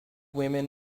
women